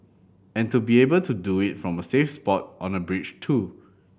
and to be able to do it from a safe spot on a bridge too